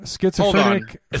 schizophrenic